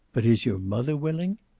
but is your mother willing?